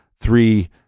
three